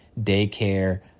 daycare